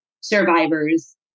survivors